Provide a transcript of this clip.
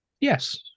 yes